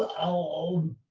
our own